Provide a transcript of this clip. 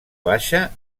baixa